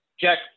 Jack